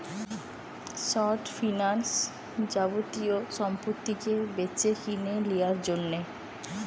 short finance যাবতীয় সম্পত্তিকে বেচেকিনে লিয়ার জন্যে